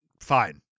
Fine